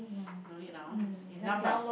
no need lah !huh! enough lah